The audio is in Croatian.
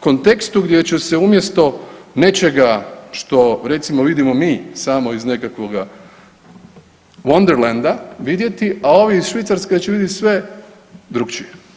kontekstu gdje će se umjesto nečega što recimo vidimo mi samo iz nekakvoga wonderland-a vidjeti, a ovi iz Švicarske će vidjeti sve drukčije.